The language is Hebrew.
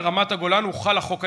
על רמת-הגולן הוחל החוק הישראלי,